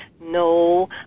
No